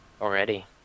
already